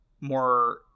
more